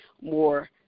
more